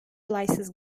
olaysız